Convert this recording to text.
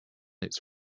its